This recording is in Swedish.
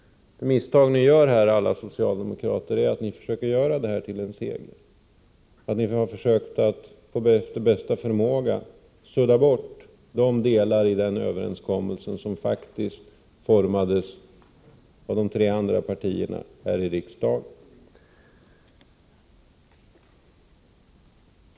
Det misstag alla socialdemokrater gör här är att försöka göra detta till en seger genom att efter bästa förmåga sudda bort de delar i överenskommelsen som faktiskt formades av de tre andra partierna här i riksdagen.